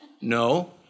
No